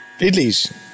Idlis